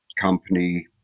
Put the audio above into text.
company